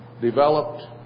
developed